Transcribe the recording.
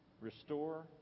restore